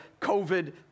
COVID